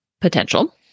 potential